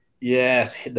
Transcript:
Yes